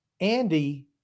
Andy